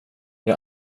jag